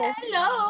hello